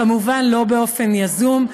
כמובן לא באופן יזום,